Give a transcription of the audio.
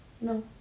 No